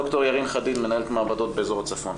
ד"ר ירין חדיד, מנהלת מעבדות באזור הצפון.